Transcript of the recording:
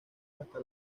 hasta